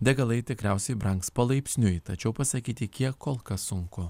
degalai tikriausiai brangs palaipsniui tačiau pasakyti kiek kol kas sunku